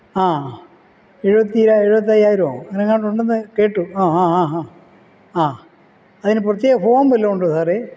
ആ എഴുപത്തിര എഴുപത്തയ്യായിരമോ അങ്ങനെ എങ്ങാണ്ട് ഉണ്ടെന്ന് കേട്ടു ആ ആ ആ ഹാ അതിന് പ്രത്യേക ഫോം വല്ലതും ഉണ്ടോ സാറേ